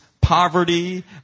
poverty